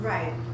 Right